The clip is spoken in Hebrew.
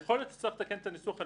- יכול להיות שצריך לתקן את הניסוח.